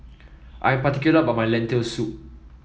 I am particular about my Lentil Soup